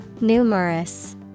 Numerous